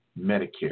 medicare